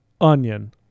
onion